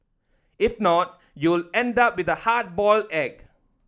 if not you'll end up with a hard boiled egg